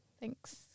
thanks